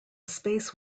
space